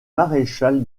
maréchal